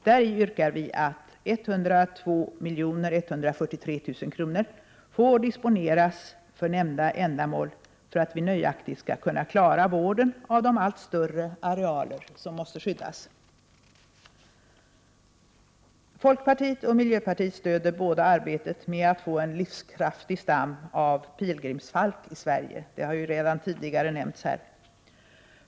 Däri yrkar vi att 102 143 000 kr. får disponeras för nämnda ändamål för att vi nöjaktigt skall kunna klara vården av de allt större arealer som måste skyddas. Folkpartiet och miljöpartiet stöder båda arbetet med att få en livskraftig stam av pilgrimsfalk i Sverige. Det har redan tidigare nämnts här.